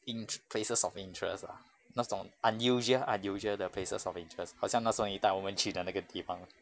int~ places of interest ah 那种 unusual unusual 的 places of interest 好像那时候你带我们去的那个地方